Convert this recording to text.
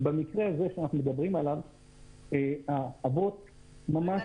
במקרה הזה שאנחנו מדברים עליו האבות --- נס,